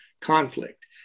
conflict